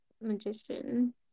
magician